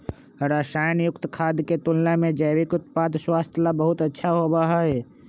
रसायन युक्त खाद्य के तुलना में जैविक उत्पाद स्वास्थ्य ला बहुत अच्छा होबा हई